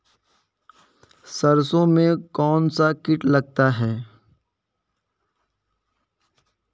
सरसों में कौनसा कीट लगता है?